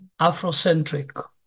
Afrocentric